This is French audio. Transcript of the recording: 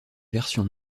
versions